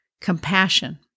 compassion